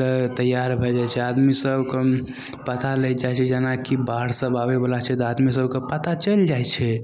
ले तैआर भै जाइ छै आदमी सभकेँ पता लागि जाइ छै जेना कि बाढ़ सब आबैवला छै तऽ आदमी सभकेँ पता चलि जाइ छै